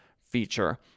feature